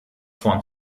vorn